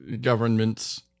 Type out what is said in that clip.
governments